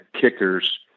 kickers